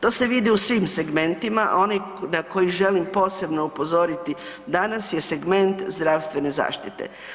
To se vidi u svim segmentima, a onaj na koji želim posebno upozoriti danas je segment zdravstvene zaštite.